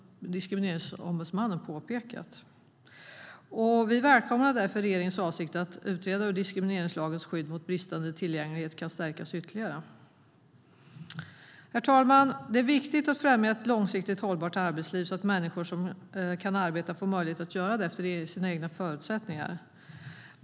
Diskrimineringsombudsmannen har påpekat detta. Herr talman! Det är viktigt att främja ett långsiktigt hållbart arbetsliv så att människor som kan arbeta får möjlighet att göra det efter sina egna förutsättningar.